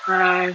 err